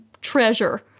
treasure